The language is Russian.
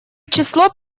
число